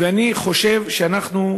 ואני חושב שאנחנו,